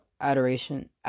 adoration